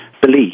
belief